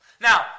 Now